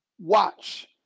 watch